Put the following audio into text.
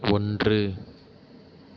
ஒன்று